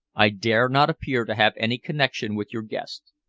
i dare not appear to have any connection with your quest.